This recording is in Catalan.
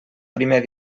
primer